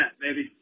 baby